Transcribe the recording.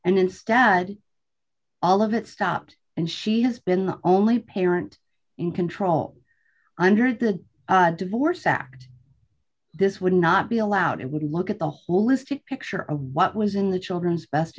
and instead all of it stopped and she has been the only parent in control under the divorce fact this would not be allowed it would look at the holistic picture of what was in the children's best